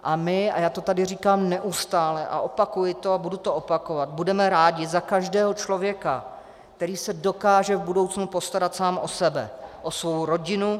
A my a já to tady říkám neustále a opakuji to a budu to opakovat budeme rádi za každého člověka, který se dokáže v budoucnu postarat sám o sebe, o svou rodinu.